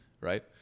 right